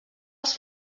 als